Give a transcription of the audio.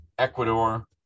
ecuador